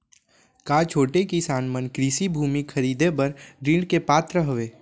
का छोटे किसान मन कृषि भूमि खरीदे बर ऋण के पात्र हवे?